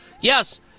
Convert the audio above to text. Yes